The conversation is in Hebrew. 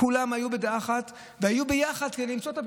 כולם היו בדעה אחת והיו ביחד כדי למצוא את הפתרון.